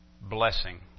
blessing